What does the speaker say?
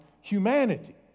humanity